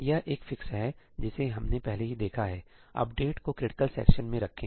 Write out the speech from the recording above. यह एक फिक्स है जिसे हमने पहले ही देखा है सही अपडेट को क्रिटिकल सेक्शन में रखें